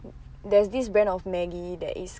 there's this brand of Maggi that is